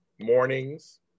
mornings